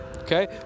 Okay